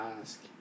ask